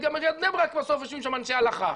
גם עיריית בני ברק, בסוף יושבים שם אנשי הלכה.